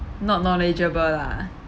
not knowledgeable lah